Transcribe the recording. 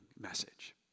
message